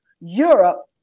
Europe